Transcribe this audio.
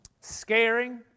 Scaring